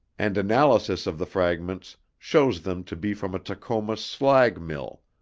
and analysis of the fragments shows them to be from a tacoma slag mill.